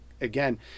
again